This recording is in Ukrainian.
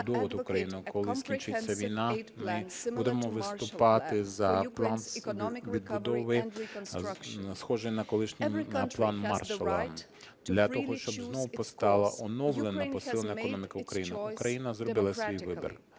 ми будемо виступати за план відбудови, схожий на колишній "План Маршалла", для того, щоб знову постала оновлена посилена економіка України. Україна зробила свій вибір